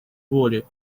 воли